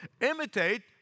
imitate